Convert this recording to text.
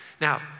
Now